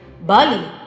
Bali